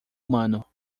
humano